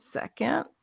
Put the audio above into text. second